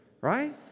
right